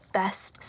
best